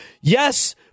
Yes